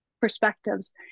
perspectives